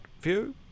view